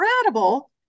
incredible